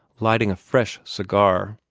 lighting a fresh cigar.